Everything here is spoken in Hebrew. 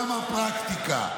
אני מתפלא עליך שאתה מביא הצעה כזאת.